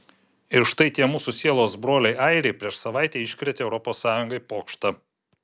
ir štai tie mūsų sielos broliai airiai prieš savaitę iškrėtė europos sąjungai pokštą